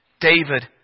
David